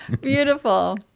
Beautiful